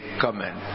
comment